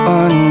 on